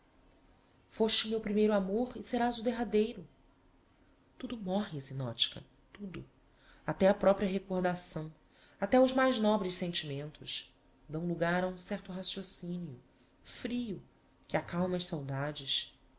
foste o meu primeiro amor e serás o derradeiro tudo morre zinotchka tudo até a propria recordação até os mais nobres sentimentos dão logar a um certo raciocinio frio que acalma as saudades